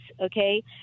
okay